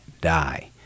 die